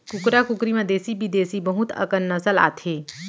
कुकरा कुकरी म देसी बिदेसी बहुत अकन नसल आथे